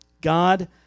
God